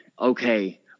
okay